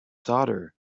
daughter